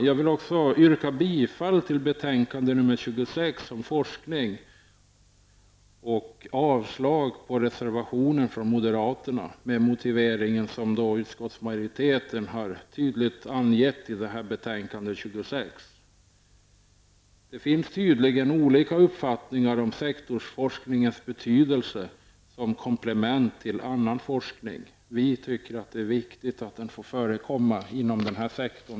Jag vill också yrka bifall till hemställan i betänkande 26 om forskning och avslag på reservationen från moderaterna med den motivering som utskottsmajoriteten tydligt har angett i betänkande 26. Det finns tydligen olika uppfattning om sektorsforskningens betydelse som komplement till annan forskning. Vi tycker att det är viktigt att den får förekomma även inom den här sektorn.